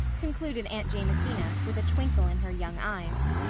concluded aunt jamesina, with a twinkle in her young eyes,